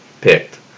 picked